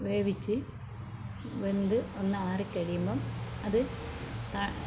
വേവിച്ച് വെന്ത് ഒന്നാറി കഴിയുമ്പം അത് ആ